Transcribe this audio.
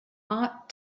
ought